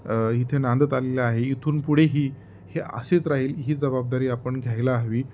इथे नांदत आलेलं आहे इथून पुढेही हे असेच राहील ही जबाबदारी आपण घ्यायला हवी